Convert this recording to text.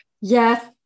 Yes